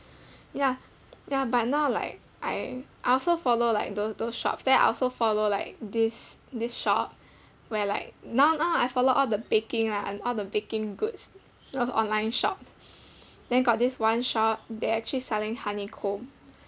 ya ya but now like I I also follow like tho~ those shops then I also follow like this this shop where like now now I follow all the baking lah and all the baking goods those online shops then got this one shop they actually selling honeycomb